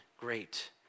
great